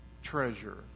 treasure